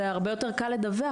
זה הרבה יותר קל לדווח,